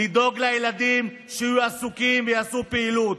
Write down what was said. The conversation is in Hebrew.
לדאוג לילדים שיהיו עסוקים ויעשו פעילות.